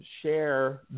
share